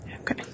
Okay